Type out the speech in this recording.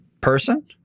person